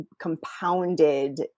compounded